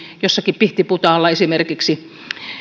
jossakin pihtiputaalla esimerkiksi